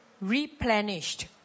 replenished